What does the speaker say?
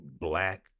black